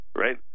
Right